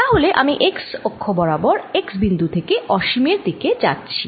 তাহলে আমি x অক্ষ বরাবর x বিন্দু থেকে অসীমের দিকে যাচ্ছি